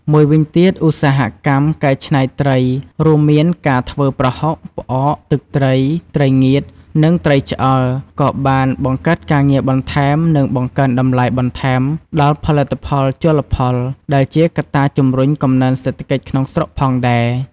មួយវិញទៀតឧស្សាហកម្មកែច្នៃត្រី រួមមានការធ្វើប្រហុក ផ្អក ទឹកត្រី ត្រីងៀត និងត្រីឆ្អើរ ក៏បានបង្កើតការងារបន្ថែម និងបង្កើនតម្លៃបន្ថែមដល់ផលិតផលជលផល ដែលជាកត្តាជំរុញកំណើនសេដ្ឋកិច្ចក្នុងស្រុកផងដែរ។